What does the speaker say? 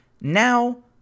Now